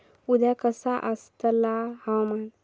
उद्या कसा आसतला हवामान?